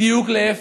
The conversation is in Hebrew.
בדיוק להפך.